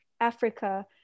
Africa